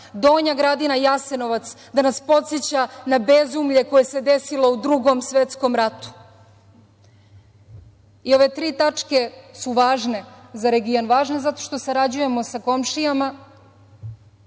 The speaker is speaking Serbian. Donja Gradina, Jasenovac, da nas podseća na bezumlje koje se desilo u Drugom svetskom ratu. Ove tri tačke su važne za region. Važne zato što sarađujemo sa komšijama,